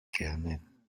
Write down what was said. gerne